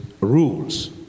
rules